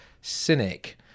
cynic